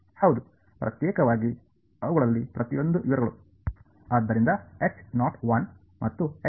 ಹೌದು ಪ್ರತ್ಯೇಕವಾಗಿ ಅವುಗಳಲ್ಲಿ ಪ್ರತಿಯೊಂದೂ ವಿವರಗಳು